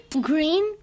Green